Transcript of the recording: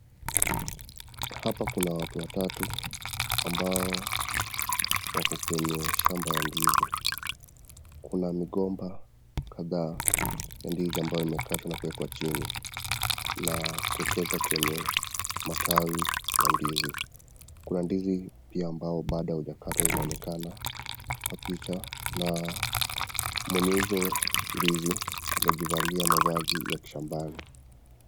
Hapa kuna watu watatu ambao wako kwenye shamba ya ndizi. Kuna migomba kadhaa ya ndizi ambayo imekatwa na kuekwa chini na kuegezwa kwenye matawi ya ndizi. Kuna ndizi pia ambao bado haujakatwa inaonekana kwa picha na mwenye hizo ndizi amejivalia mavazi ya kishambani.